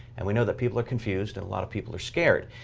and we know that people are confused and a lot of people are scared.